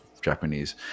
japanese